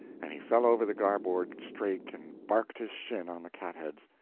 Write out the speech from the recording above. and he fell over the garboard-strake and barked his shin on the cat-heads.